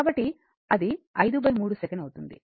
కాబట్టి అది 53 సెకను అవుతుంది